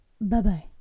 Bye-bye